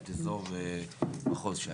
את אזור מחוז ש"י.